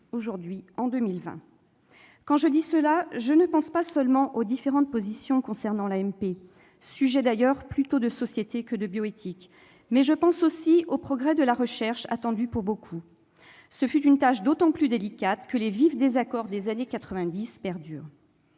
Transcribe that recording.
aujourd'hui, en 2020. Je pense non seulement aux différentes positions concernant l'AMP, sujet d'ailleurs plutôt de société que de bioéthique, ... C'est vrai !... mais aussi aux progrès de la recherche, attendus pour beaucoup. Cette tâche fut d'autant plus délicate que les vifs désaccords des années 1990 perdurent.